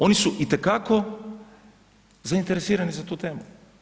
Oni su itekako zainteresirani za tu temu.